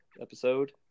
episode